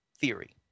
theory